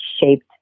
shaped